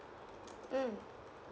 mm